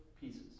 pieces